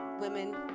women